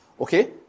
Okay